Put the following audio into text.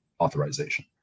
authorization